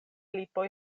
lipoj